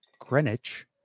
Greenwich